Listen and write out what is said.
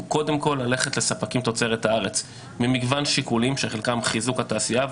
קודם כול ללכת לספקים תוצרת הארץ ממגוון שיקולים שחלקם חיזוק התעשייה.